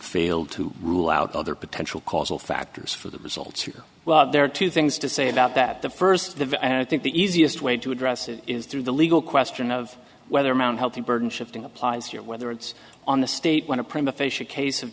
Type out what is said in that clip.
failed to rule out other potential causal factors for the result well there are two things to say about that the first the i think the easiest way to address it is through the legal question of whether mt healthy burden shifting applies here whether it's on the state when a